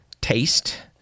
taste